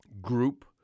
group